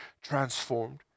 transformed